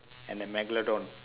and a megalodon